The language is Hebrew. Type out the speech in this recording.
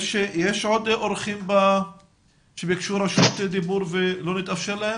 יש עוד אורחים שביקשו רשות דיבור ולא נתאפשר להם?